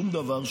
שום דבר,